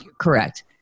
Correct